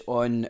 on